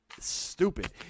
stupid